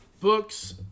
books